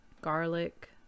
garlic